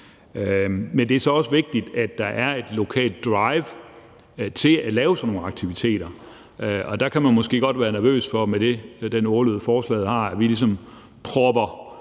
Men det er så også vigtigt, at der er et lokalt drive til at lave sådan nogle aktiviteter, og der kan man måske godt være nervøs for med den ordlyd, forslaget har, at vi ligesom propper